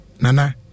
Nana